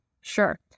Sure